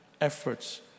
efforts